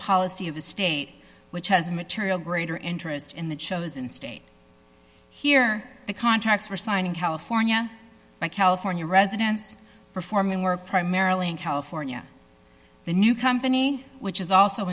policy of the state which has material greater interest in the chosen state here the contracts were signed in california by california residents performing work primarily in california the new company which is also